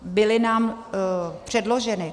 Byly nám předloženy.